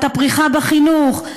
את הפריחה בחינוך,